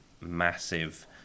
massive